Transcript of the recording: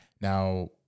Now